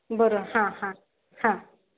बरं हां हां हां